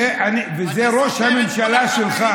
זה ראש הממשלה שלך.